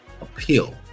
appeal